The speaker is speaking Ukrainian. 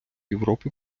європі